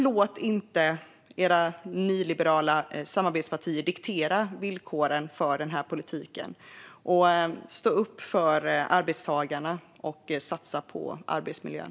Låt inte era nyliberala samarbetspartier diktera villkoren för den här politiken! Stå upp för arbetstagarna, och satsa på arbetsmiljön!